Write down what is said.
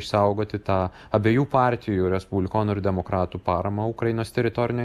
išsaugoti tą abiejų partijų respublikonų ir demokratų paramą ukrainos teritorinio